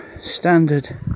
standard